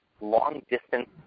long-distance